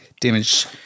Damage